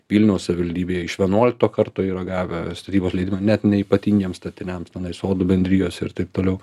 vilniaus savildybėj iš vienuolikto karto yra gavę statybos leidimą net neypatingiem statiniams tenai sodų bendrijose ir taip toliau